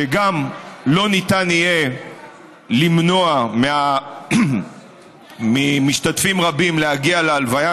שגם לא ניתן יהיה למנוע ממשתפים רבים להגיע להלוויה.